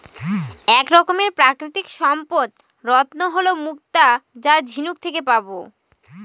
এক রকমের প্রাকৃতিক সম্পদ রত্ন হল মুক্তা যা ঝিনুক থেকে পাবো